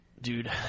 dude